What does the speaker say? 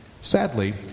Sadly